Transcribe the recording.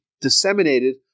disseminated